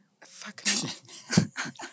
fuck